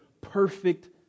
perfect